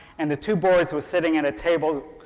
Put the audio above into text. and the two boys were sitting at a table,